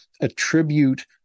attribute